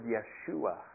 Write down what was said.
Yeshua